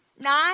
nine